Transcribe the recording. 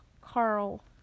Carl